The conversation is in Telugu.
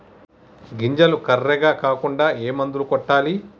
గింజలు కర్రెగ కాకుండా ఏ మందును కొట్టాలి?